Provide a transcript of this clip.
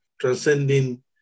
transcending